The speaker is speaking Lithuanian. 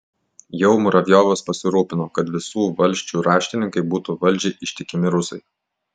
jau muravjovas pasirūpino kad visų valsčių raštininkai būtų valdžiai ištikimi rusai